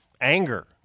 anger